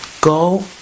go